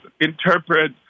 interpret